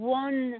one